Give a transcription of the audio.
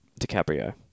DiCaprio